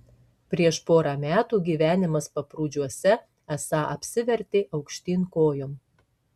prieš porą metų gyvenimas paprūdžiuose esą apsivertė aukštyn kojom